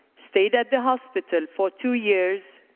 stayed at the hospital for two years,